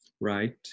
Right